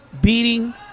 beating